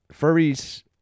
furries